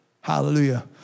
Hallelujah